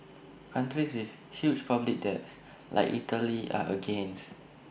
countries with huge public debts like Italy are against